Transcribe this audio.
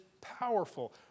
powerful